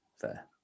Fair